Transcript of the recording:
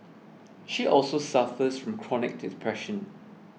she also suffers from chronic depression